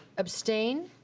abstained?